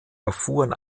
erfuhren